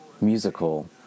musical